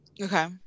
Okay